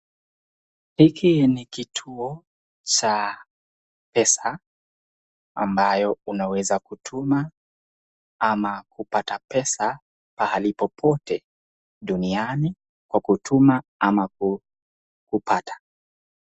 Hiki ni kituo cha pesa ambayo unaweza kutuma ama kupata pesa pahali popote duniani kwa kutuma ama kupata.